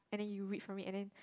and then you read from it and then